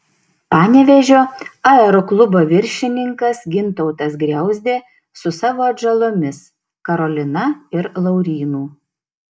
panevėžio aeroklubo viršininkas gintautas griauzdė su savo atžalomis karolina ir laurynu